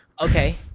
okay